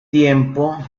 tiempo